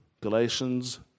Galatians